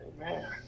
Amen